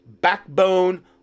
backbone